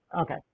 okay